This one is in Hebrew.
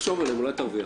תחשוב על זה ואולי תרוויח.